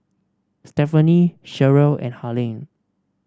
Stephaine Sherrill and Harlene